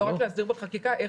לא רק להגדיר את זה בחקיקה אלא גם